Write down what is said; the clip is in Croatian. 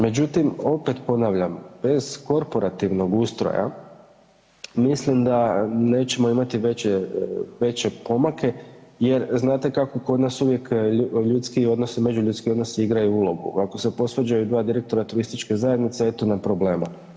Međutim, opet ponavljam, bez korporativnog ustroja mislim da nećemo imati veće, veće pomake jer znate kako kod nas uvijek ljudski odnosi i međuljudski odnosi igraju ulogu, ako se posvađaju dva direktora turističke zajednice eto nam problema.